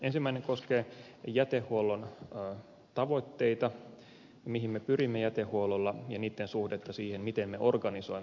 ensimmäinen koskee jätehuollon tavoitteita mihin me pyrimme jätehuollolla ja niitten suhdetta siihen miten me organisoimme jätehuollon